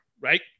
right